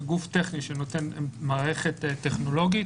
כגוף טכני שנותן מערכת טכנולוגית,